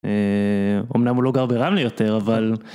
אומנם הוא לא גר ברמלה יותר, אבל...